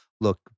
look